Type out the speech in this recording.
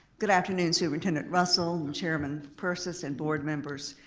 good afternoon, superintendent russell, chairman purses, and board members,